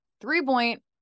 three-point